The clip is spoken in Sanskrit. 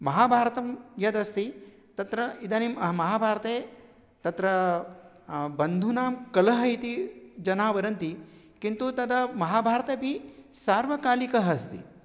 महाभारतं यदस्ति तत्र इदानीं महाभारते तत्र बन्धूनां कलहं इति जनाः वदन्ति किन्तु तदा महाभारतपि सार्वकालिकः अस्ति